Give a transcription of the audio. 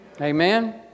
Amen